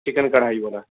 chicken karahi بولا